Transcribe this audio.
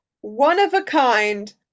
one-of-a-kind